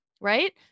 Right